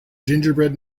gingerbread